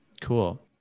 Cool